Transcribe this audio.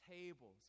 tables